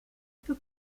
peu